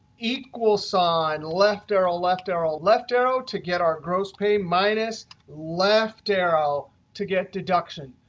equal sign, left arrow, left arrow, left arrow to get our gross pay minus left arrow to get deduction,